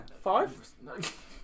Five